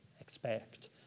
expect